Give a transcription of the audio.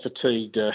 fatigued